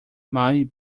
might